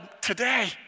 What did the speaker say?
today